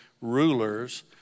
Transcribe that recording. rulers